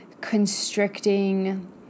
constricting